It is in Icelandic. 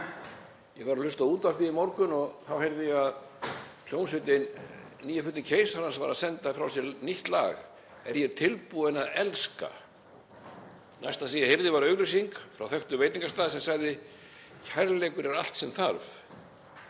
Ég var að hlusta á útvarpið í morgun og þá heyrði ég að hljómsveitin Nýju fötin keisarans var að senda frá sér nýtt lag: Er ég tilbúinn að elska? Næsta sem ég heyrði var auglýsing frá þekktum veitingastað sem sagði: Kærleikurinn er allt sem þarf.